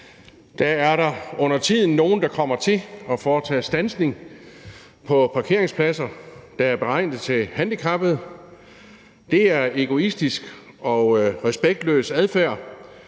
Der er under tiden nogle, der kommer til at foretage standsning på parkeringspladser, der er beregnet til handicappede. Det er egoistisk og respektløs adfærd,